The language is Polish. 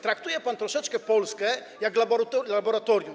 Traktuje pan troszeczkę Polskę jak laboratorium.